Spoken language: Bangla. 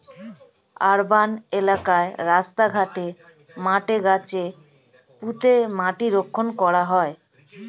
আর্বান এলাকায় রাস্তা ঘাটে, মাঠে গাছ পুঁতে মাটি রক্ষা করা হয়